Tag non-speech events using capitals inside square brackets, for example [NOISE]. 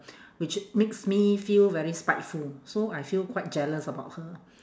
[BREATH] which makes me feel very spiteful so I feel quite jealous about her